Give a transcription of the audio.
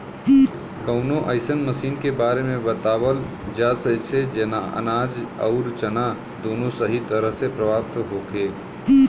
कवनो अइसन मशीन के बारे में बतावल जा जेसे अनाज अउर चारा दोनों सही तरह से प्राप्त होखे?